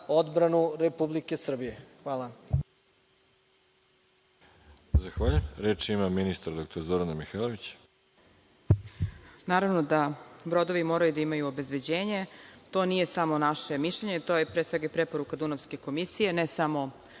obranu Republike Srbije. Hvala.